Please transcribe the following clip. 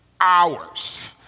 hours